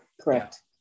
Correct